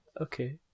Okay